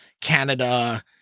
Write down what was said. Canada